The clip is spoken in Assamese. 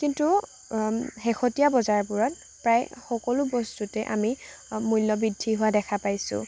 কিন্তু শেহতীয়া বজাৰবোৰত প্ৰায় সকলো বস্তুতে আমি মূল্য বৃদ্ধি হোৱা দেখা পাইছোঁ